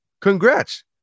Congrats